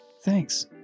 Thanks